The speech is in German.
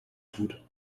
tut